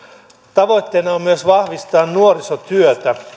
tavoitteena on myös vahvistaa nuorisotyötä